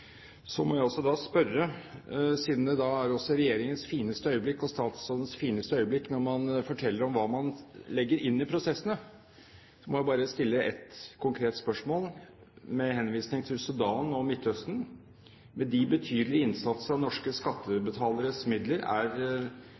må jeg også stille ett konkret spørsmål, siden det da også er regjeringens fineste øyeblikk og statsrådens fineste øyeblikk når de forteller om hva de legger inn i prosessene. Med henvisning til Sudan og Midtøsten: Med de betydelige innsatser av skattebetaleres midler, er